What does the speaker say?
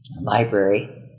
Library